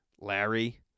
Larry